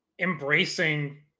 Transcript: embracing